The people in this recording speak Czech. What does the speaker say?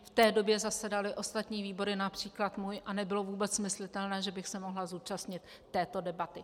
V té době zasedaly ostatní výbory, například můj, a nebylo vůbec myslitelné, že bych se mohla zúčastnit této debaty.